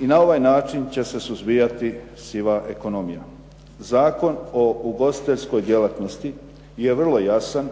I na ovaj način će se suzbijati siva ekonomija. Zakon o ugostiteljskoj djelatnosti je vrlo jasan